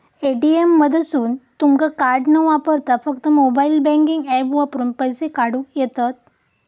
ATM मधसून तुमका card न वापरता फक्त मोबाईल बँकिंग ऍप वापरून पैसे काढूक येतंत